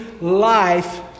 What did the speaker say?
life